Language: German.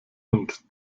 und